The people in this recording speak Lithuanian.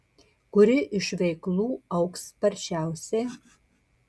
kuri iš veiklų auga sparčiausiai